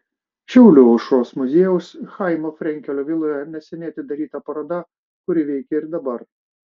šiaulių aušros muziejaus chaimo frenkelio viloje neseniai atidaryta paroda kuri veikia ir dabar